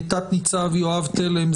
תת-ניצב יואב תלם,